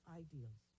ideals